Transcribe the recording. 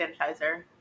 sanitizer